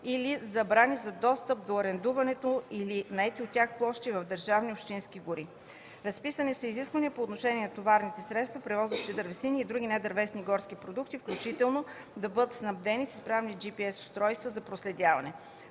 или забрани за достъп до арендуваните или наети от тях площи в държавни и общински гори. Разписани са изисквания по отношение на товарните средства, превозващи дървесина и други недървесни горски продукти, включително да бъдат снабдени с изправни GPS устройства за проследяване.